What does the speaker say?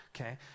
okay